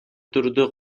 турдө